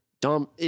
Dom